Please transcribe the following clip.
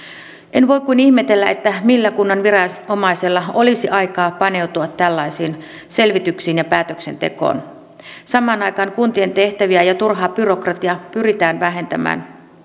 en voi kuin ihmetellä millä kunnan viranomaisella olisi aikaa paneutua tällaisiin selvityksiin ja päätöksentekoon samaan aikaan kuntien tehtäviä ja turhaa byrokratiaa pyritään vähentämään